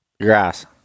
Grass